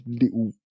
little